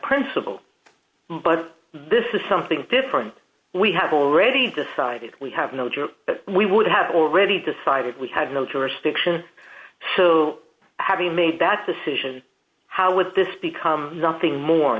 principle but this is something different we have already decided we have knowledge or we would have already decided we had no jurisdiction having made that decision how was this become nothing more